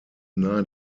nahe